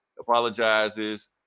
apologizes